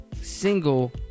Single